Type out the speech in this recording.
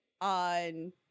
on